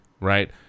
Right